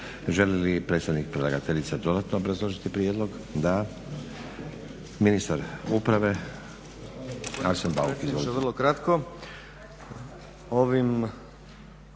Želi li predstavnik predlagateljice dodatno obrazložiti prijedlog? Da. Ministar uprave, Arsen Bauk.